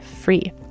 free